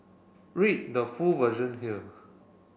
read the full version here